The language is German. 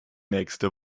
nächste